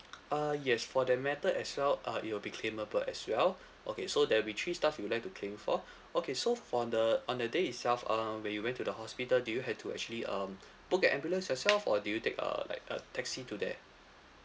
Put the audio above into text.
uh yes for that matter as well uh it will be claimable as well okay so there'll be three stuff you would like to claim for okay so from the on the day itself um when you went to the hospital do you have to actually um book an ambulance yourself or do you take a like a taxi to there